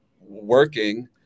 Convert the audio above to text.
working